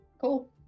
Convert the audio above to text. cool